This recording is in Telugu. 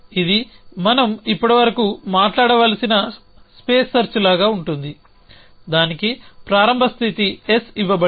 ఇది మనం ఇప్పటివరకు మాట్లాడవలసి న స్పేస్ సెర్చ్ లాగా ఉంటుంది దానికి ప్రారంభ స్థితి S ఇవ్వబడింది